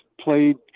played